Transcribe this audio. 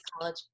College